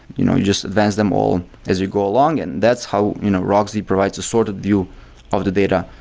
you know you just advance them all as you go along, and that's how you know rocksdb provides a sorted view of the data.